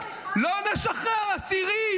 לא נשחרר אסירים